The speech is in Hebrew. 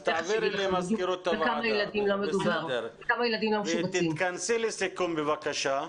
אז תעבירי למזכירות הוועדה ותתכנסי לסיכום בבקשה.